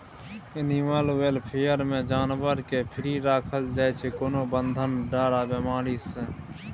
animal welfare मे जानबर केँ फ्री राखल जाइ छै कोनो बंधन, डर आ बेमारी सँ